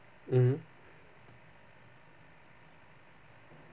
mm